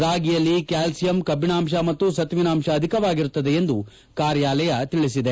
ರಾಗಿಯಲ್ಲಿ ಕ್ಯಾಲ್ಲಿಯಂ ಕಬ್ಬಿಣಾಂಶ ಮತ್ತು ಸತುವಿನ ಅಂಶ ಅಧಿಕವಾಗಿರುತ್ತದೆ ಎಂದು ಕಾರ್ಯಾಲಯ ಹೇಳದೆ